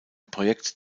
projekt